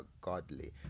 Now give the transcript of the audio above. godly